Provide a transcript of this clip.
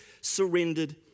surrendered